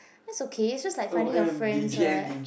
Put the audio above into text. that's okay it's just like finding your friends [what]